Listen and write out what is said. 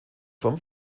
vom